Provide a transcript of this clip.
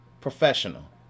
professional